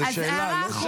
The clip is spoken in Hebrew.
זאת שאלה,